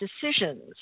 decisions